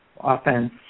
offense